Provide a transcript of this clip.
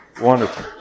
Wonderful